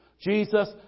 Jesus